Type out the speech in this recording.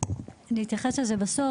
אני אתייחס לזה בסוף,